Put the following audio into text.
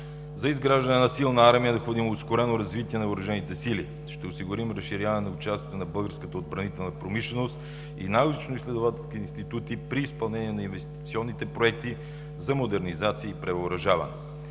За изграждане на силна армия е необходимо ускорено развитие на въоръжените сили. Ще осигурим разширяване на участието на българската отбранителна промишленост и научноизследователски институти при изпълнение на инвестиционните проекти за модернизация и превъоръжаване.